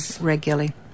regularly